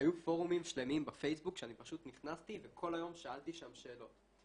היו פורומים שלמים בפייסבוק שאני פשוט נכנסתי וכל היום שאלתי שם שאלות.